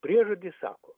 priežodis sako